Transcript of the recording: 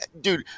dude